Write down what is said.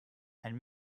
and